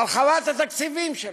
הרחבת התקציבים שלנו.